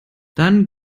dann